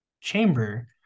chamber